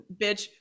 bitch